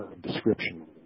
description